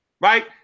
Right